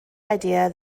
idea